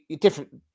different